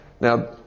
Now